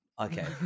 okay